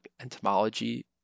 entomology